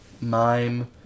Mime